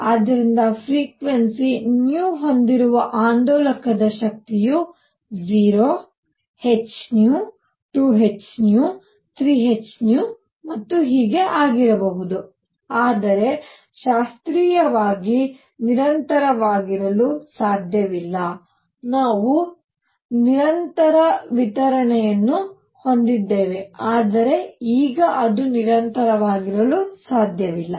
ಆದ್ದರಿಂದ ಫ್ರೀಕ್ವನ್ಸಿ ಹೊಂದಿರುವ ಆಂದೋಲಕದ ಶಕ್ತಿಯು 0 h 2 h 3 h ಮತ್ತು ಹೀಗೆ ಆಗಿರಬಹುದು ಆದರೆ ಶಾಸ್ತ್ರೀಯವಾಗಿ ನಿರಂತರವಾಗಿರಲು ಸಾಧ್ಯವಿಲ್ಲ ನಾವು ನಿರಂತರ ವಿತರಣೆಯನ್ನು ಹೊಂದಿದ್ದೇವೆ ಆದರೆ ಈಗ ಅದು ನಿರಂತರವಾಗಿರಲು ಸಾಧ್ಯವಿಲ್ಲ